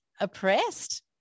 oppressed